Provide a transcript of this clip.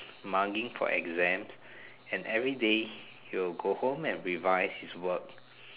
mugging for exams and everyday he will go home and revise his work